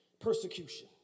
persecution